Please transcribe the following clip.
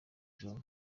jamal